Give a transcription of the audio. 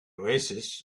oasis